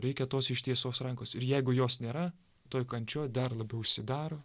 reikia tos ištiestos rankos ir jeigu jos nėra toj kančioj dar labiau užsidaro